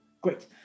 Great